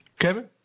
Kevin